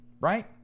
Right